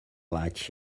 light